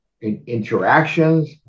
interactions